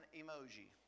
emoji